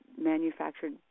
manufactured